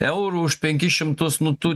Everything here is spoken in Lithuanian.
eurų už penkis šimtus nu tu